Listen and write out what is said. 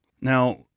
Now